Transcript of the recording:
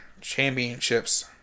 Championships